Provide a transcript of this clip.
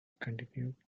continued